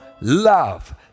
love